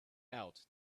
out